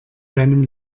seinem